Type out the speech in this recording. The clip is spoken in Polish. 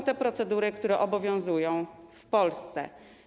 To są te procedury, które obowiązują w Polsce.